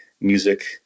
music